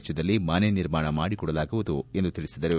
ವೆಚ್ಚದಲ್ಲಿ ಮನೆ ನಿರ್ಮಾಣ ಮಾಡಿಕೊಡಲಾಗುವುದು ಎಂದು ತಿಳಿಸಿದರು